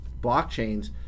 blockchains